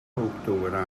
octogonal